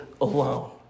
alone